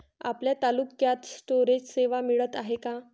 आपल्या तालुक्यात स्टोरेज सेवा मिळत हाये का?